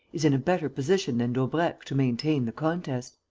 is in a better position than daubrecq to maintain the contest?